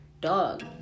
dog